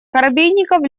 коробейников